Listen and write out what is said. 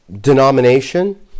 denomination